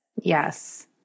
Yes